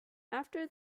after